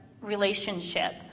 relationship